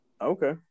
okay